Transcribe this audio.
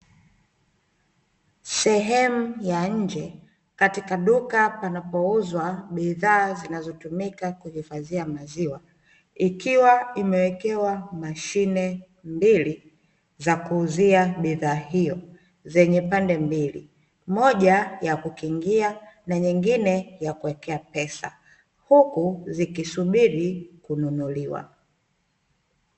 Sehemu ya nje katika duka panapouzwa bidhaa zinazotumika kuhifadhia maziwa, ikiwa imewekewa mashine mbili za kuuzia bidhaa hiyo, zenye pande mbili. Moja ya kukingia, na nyingine ya kuwekea pesa, huku zikisubiri kununuliwa.